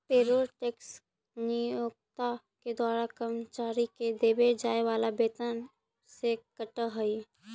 payroll tax नियोक्ता के द्वारा कर्मचारि के देवे जाए वाला वेतन से कटऽ हई